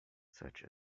such